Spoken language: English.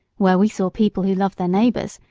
where we saw people who loved their neighbors,